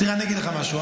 תראה, אני אגיד לך משהו.